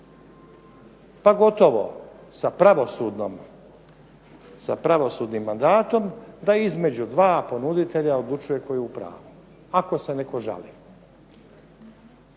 pa gotovo sa pravosudnim mandatom, da između dva ponuditelja odlučuje tko je u pravu ako se netko žali.